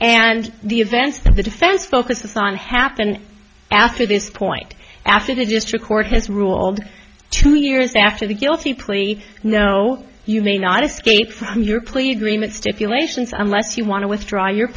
and the events that the defense focuses on happen after this point after the district court has ruled two years after the guilty plea no you may not escape from your plea agreement stipulations unless you want to withdraw your